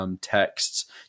Texts